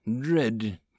dread